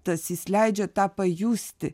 tas jis leidžia tą pajusti